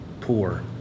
poor